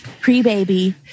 pre-baby